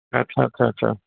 ਅੱਛਾ ਅੱਛਾ ਅੱਛਾ